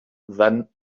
than